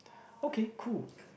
okay cool